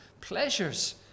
pleasures